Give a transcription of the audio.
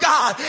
God